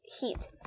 heat